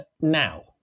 Now